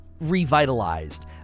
revitalized